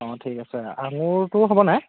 অঁ ঠিক আছে আঙুৰটো হ'ব নাই